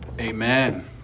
Amen